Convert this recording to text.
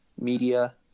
media